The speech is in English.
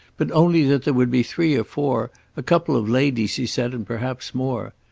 but only that there would be three or four a couple of ladies he said, and perhaps more.